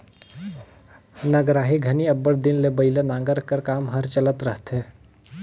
नगराही घनी अब्बड़ दिन ले बइला नांगर कर काम हर चलत रहथे